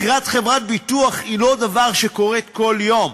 מכירת חברת ביטוח היא לא דבר שקורה בכל יום,